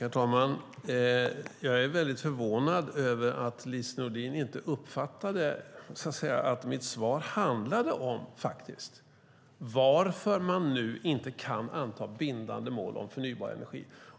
Herr talman! Jag är väldigt förvånad över att Lise Nordin inte uppfattade att mitt svar faktiskt handlade om varför man inte nu kan anta bindande mål om förnybar energi.